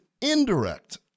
indirect